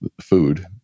food